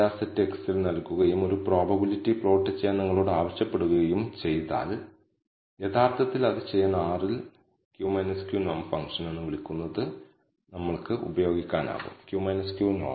ചരിവ് പാരാമീറ്ററുകൾക്ക് പ്രസക്തമായ ഈ നീല വര നമ്മൾ ഫിറ്റ് ചെയ്തിട്ടുണ്ടാകുമെന്ന് കരുതുക കൂടാതെ ഓരോ xi യ്ക്കും ഈ ഇൻഡിപെൻഡന്റ് വേരിയബിളിന് അനുയോജ്യമായ ഈ xi yi എടുക്കാം ഈ ലീനിയർ മോഡൽ ഉപയോഗിച്ച് yi യുടെ പ്രവചിച്ച മൂല്യം കവല പോയിന്റായിരിക്കും